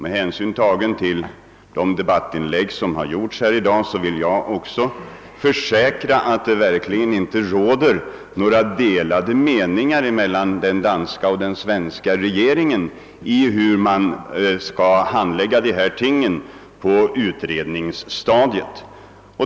Efter de debattinlägg som gjorts här i dag vill jag också försäkra att det verkligen inte råder några delade meningar mellan den danska och den svenska regeringen beträffande handläggningen av dessa problem på utredningsstadiet.